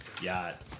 yacht